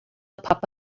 pop